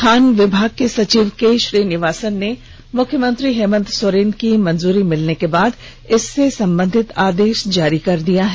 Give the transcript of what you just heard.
खान विभाग के सचिव के श्री निवासन ने मुख्यमंत्री हेमंत सोरेन की मंजूरी मिलने के बाद इससे संबंधित आदेश जारी कर दिया है